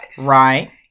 Right